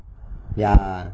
ya